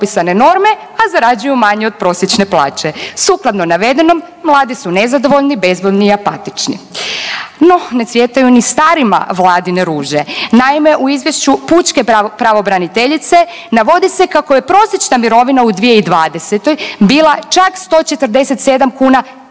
a zarađuju manje od prosječne plaće. Sukladno navedenom mladi su nezadovoljni, bezvoljni i apatični. No, ne cvjetaju ni starima Vladine ruže. Naime, u izvješću pučke pravobraniteljice navodi se kako je prosječna mirovina u 2020. bila čak 147 kuna